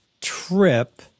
trip